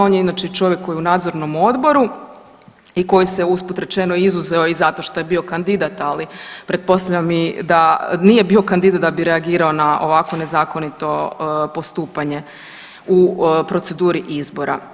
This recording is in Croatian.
On je inače čovjek koji je u nadzornom odboru i koji se usput rečeno izuzeo i zato što je bio kandidat, ali pretpostavljam i da nije bio kandidat da bi reagirao na ovako nezakonito postupanje u proceduri izbora.